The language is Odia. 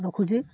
ରଖୁଛି